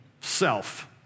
self